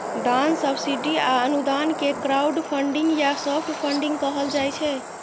दान, सब्सिडी आ अनुदान कें क्राउडफंडिंग या सॉफ्ट फंडिग कहल जाइ छै